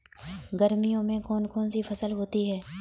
गर्मियों में कौन कौन सी फसल होती है?